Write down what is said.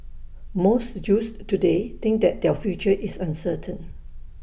most youths today think that their future is uncertain